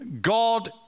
God